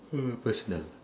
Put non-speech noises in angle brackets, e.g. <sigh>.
<noise> personal